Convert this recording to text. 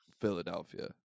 Philadelphia